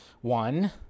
one